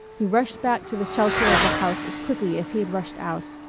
he rushed back to the shelter of the house as quickly as he had rushed out.